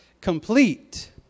complete